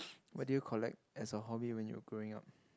what do you collect as a hobby when you were growing up